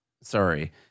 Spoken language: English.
Sorry